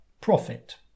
profit